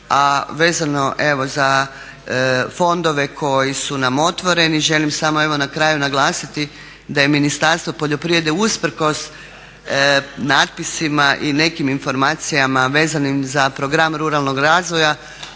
A vezano evo za fondove koji su nam otvoreni želim samo evo na kraju naglasiti da je Ministarstvo poljoprivrede usprkos natpisima i nekim informacijama vezanim za program ruralnog razvoja